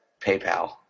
PayPal